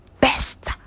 best